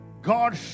God